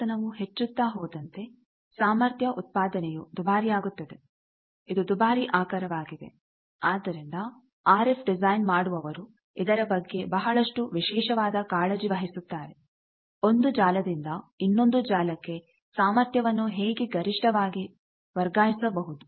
ಆವರ್ತನವು ಹೆಚ್ಚುತ್ತಾ ಹೋದಂತೆ ಸಾಮರ್ಥ್ಯ ಉತ್ಪಾದನೆಯು ದುಬಾರಿಯಾಗುತ್ತದೆ ಇದು ದುಬಾರಿ ಆಕರವಾಗಿದೆ ಆದ್ದರಿಂದ ಆರ್ ಎಫ್ ಡಿಸೈನ್ ಮಾಡುವವರು ಇದರ ಬಗ್ಗೆ ಬಹಳಷ್ಟು ವಿಶೇಷವಾದ ಕಾಳಜಿ ವಹಿಸುತ್ತಾರೆ ಒಂದು ಜಾಲದಿಂದ ಇನ್ನೊಂದು ಜಾಲಕ್ಕೆ ಸಾಮರ್ಥ್ಯವನ್ನು ಹೇಗೆ ಗರಿಷ್ಠವಾಗಿ ವರ್ಗಾಯಿಸಬಹುದು